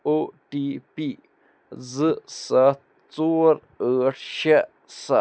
او T P زٕ سَتھ ژور ٲٹھ شےٚ سَتھ